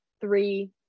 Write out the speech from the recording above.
three